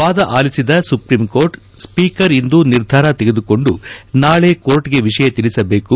ವಾದ ಆಲಿಸಿದ supreme court speaker ಇಂದು ನಿರ್ಧಾರ ತೆಗೆದುಕೊಂಡು ನಾಳೆ ಕೋರ್ಟ್ ಗೆ ವಿಷಯ ತಿಳಿಸಬೇಕು